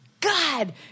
God